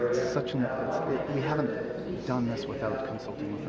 such ao we haven't done this without consulting